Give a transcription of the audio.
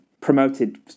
promoted